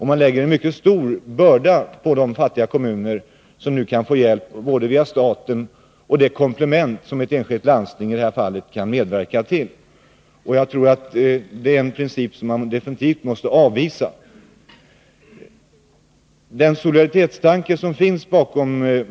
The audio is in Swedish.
Man lägger en mycket stor börda på fattiga kommuner, som nu kan få hjälp via både staten och landstingen. Därför måste det moderata förslaget definitivt avvisas.